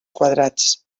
quadrats